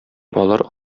алар